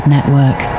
Network